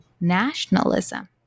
nationalism